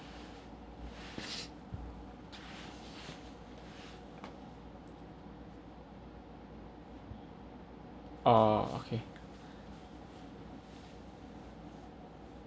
ah okay